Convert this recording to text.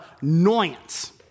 annoyance